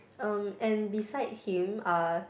um and beside him uh